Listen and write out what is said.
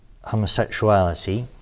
homosexuality